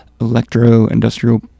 electro-industrial